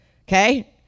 Okay